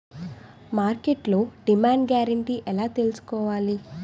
మార్కెట్లో demand guarantee ఎలా తెల్సుకోవాలి?